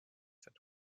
that